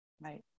right